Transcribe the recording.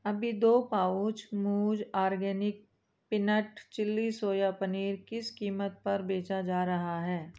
अभी दो पाउच मूज़ organic peanut chilli soya paneer किस कीमत पर बेचा जा रहा है